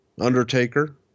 undertaker